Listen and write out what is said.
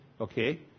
Okay